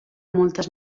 moltes